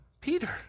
Peter